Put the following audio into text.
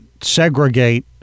segregate